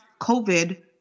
COVID